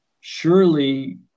surely